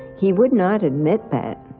he would not admit that,